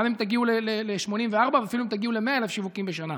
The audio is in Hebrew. גם אם תגיעו ל-84,000 ואפילו אם תגיעו ל-100,000 שיווקים בשנה,